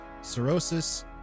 cirrhosis